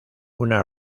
una